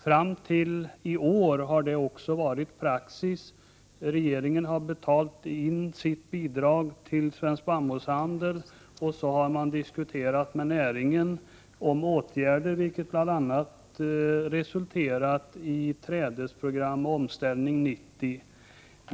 Fram till i år har det också varit praxis. Regeringen har betalat skottsarealer in sitt bidrag till Svensk Spannmålshandel. Sedan har man diskuterat åtgärder med näringen, vilket bl.a. har resulterat i trädesprogram och Omställning 90.